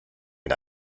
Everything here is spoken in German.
mit